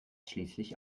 schließlich